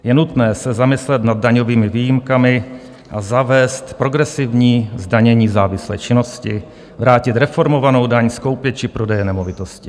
Je nutné se zamyslet nad daňovými výjimkami a zavést progresivní zdanění závislé činnosti, vrátit reformovanou daň z koupě či prodeje nemovitosti.